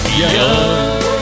young